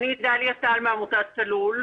אני מעמותת צלול.